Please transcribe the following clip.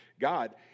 God